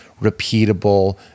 repeatable